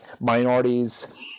minorities